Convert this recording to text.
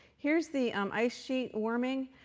here's the um ice sheet warming.